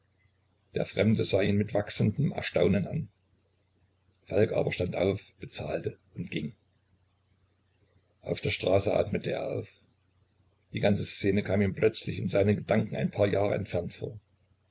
der fremde sah ihn mit wachsendem erstaunen an falk aber stand auf bezahlte und ging auf der straße atmete er auf die ganze szene kam ihm plötzlich in seinen gedanken ein paar jahre entfernt vor